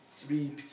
three